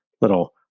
little